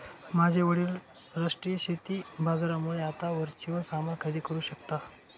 माझे वडील राष्ट्रीय शेती बाजारामुळे आता वर्च्युअल सामान खरेदी करू शकता